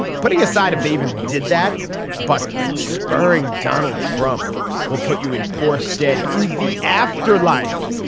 putting aside if they even did that but spurring donald trump will put you in poor stead in the afterlife.